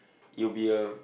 you'll be a